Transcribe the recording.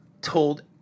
told